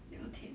聊天